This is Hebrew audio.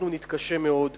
אנחנו נתקשה מאוד להתמודד,